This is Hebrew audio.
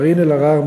קארין אלהרר,